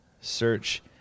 Search